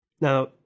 Now